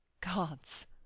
Gods